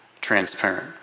transparent